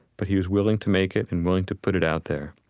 but he was willing to make it and willing to put it out there.